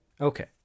Okay